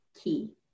key